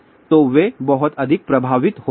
तो वे बहुत अधिक प्रभावित होते हैं